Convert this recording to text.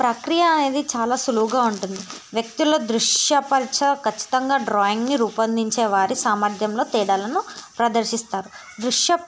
ప్రక్రియ అనేది చాలా సులువుగా ఉంటుంది వ్యక్తుల దృశ్య పరంగా ఖచ్చితంగా డ్రాయింగ్స్ని రూపొందించే వారి సామర్థ్యంలో తేడాలను ప్రదర్శిస్తారు దృశ్య